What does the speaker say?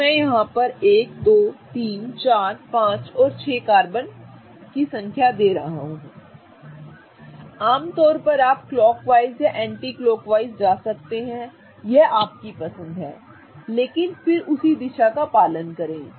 तो मैं 1 2 3 4 5 6 कर रहा हूं आमतौर पर या क्लॉकवाइज या एंटी क्लॉकवाइज जा सकते हैं यह आपकी पसंद है लेकिन फिर उसी दिशा का पालन करें